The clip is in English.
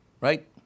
Right